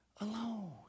alone